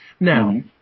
Now